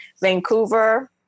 Vancouver